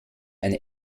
eine